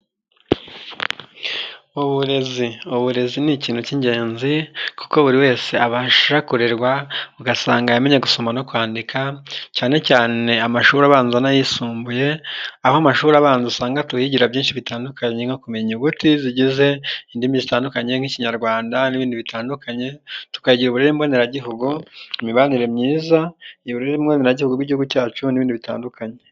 Uburezi, uburezi ni ikintu cy'ingenzi kuko buri wese abasha kurerwa, ugasanga yamenye gusoma no kwandika, cyane cyane amashuri abanza n'ayisumbuye, aho amashuri abanza usanga tuhigira byinshi bitandukanye nko kumenya inyuguti zigize indimi zitandukanye nk'ikinyarwanda n'ibindi bitandukanye, tukagira uburere mbonera gihugu, imibanire myiza, y'uburere mbonera gihugu bw'igihugu cyacu n'ibindi bitandukanye.